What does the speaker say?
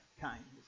kindness